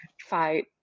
fight